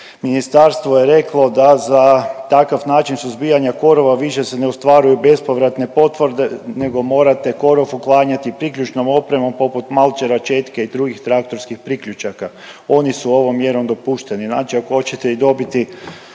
ministarstvo je reklo da za takav način suzbijanja korova više se ne ostvaruju bespovratne potvrde nego morate korov uklanjati priključnom opremom poput malčera, četke i drugih traktorskih priključaka. Oni su ovom mjerom dopušteni.